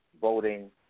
voting